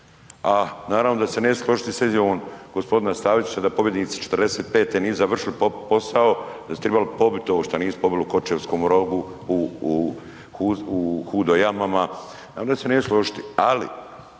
a naravno da se neću složiti sa izjavom g. Stazića da pobjednici '45. nisu završili posao da su tribali pobit ovo šta nisu pobili u Kočevskom Rogu u, u, u Hudo Jamama, naravno da se neću složiti,